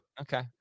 Okay